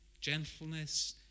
gentleness